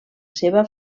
seva